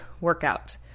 workout